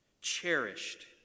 cherished